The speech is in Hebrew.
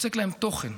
יוצק להם תוכן,